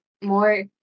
more